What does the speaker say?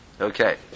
Okay